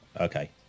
okay